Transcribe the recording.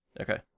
Okay